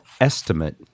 estimate